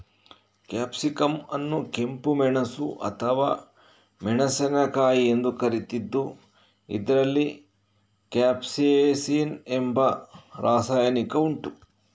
capsicum ಅನ್ನು ಕೆಂಪು ಮೆಣಸು ಅಥವಾ ಮೆಣಸಿನಕಾಯಿ ಎಂದು ಕರೀತಿದ್ದು ಇದ್ರಲ್ಲಿ ಕ್ಯಾಪ್ಸೈಸಿನ್ ಎಂಬ ರಾಸಾಯನಿಕ ಉಂಟು